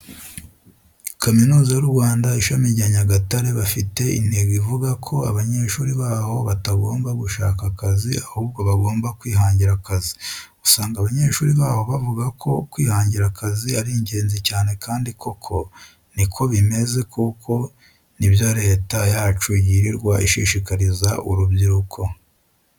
Kaminuza y'u Rwanda ishami rya Nyagatare bafite intego ivuga ko abanyeshuri baho batagomba gushaka akazi, ahubwo bagomba kwihangira akazi. Usanga abanyeshuri baho bavuga ko kwihangira akazi ari ingenzi cyane kandi koko ni ko bimeze kuko ni byo leta yacu yirirwa ishishikariza urubyiruko.